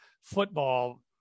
football